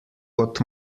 kot